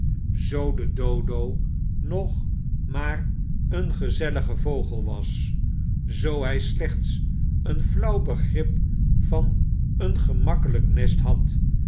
zoo de dodo nog maar een gezellige vogel was zoo hy slechts een flauw begrip van een gemakkelyk nest had